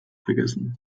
vergessen